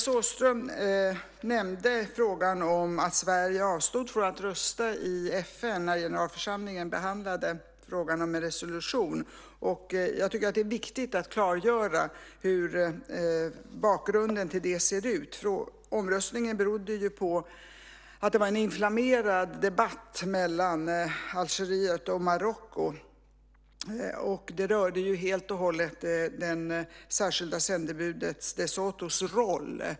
Fru talman! Alice Åström nämnde att Sverige avstod från att rösta i FN när generalförsamlingen behandlade frågan om en resolution. Jag tycker att det är viktigt att klargöra hur bakgrunden till detta ser ut. Omröstningen berodde ju på en inflammerad debatt mellan Algeriet och Marocko som helt och hållet rörde det särskilda sändebudet de Sotos roll.